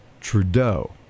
Trudeau